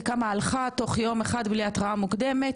היא קמה הלכה תוך יום אחד בלי התראה מוקדמת,